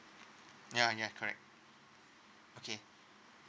ya ya correct okay